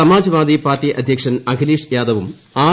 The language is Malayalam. സമാജ് വാദി പാർട്ടി അധ്യക്ഷൻ അഖിലേഷ് യാദവും ആർ